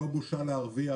לא בושה להרוויח,